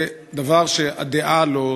זה דבר שהדעת לא תופסת,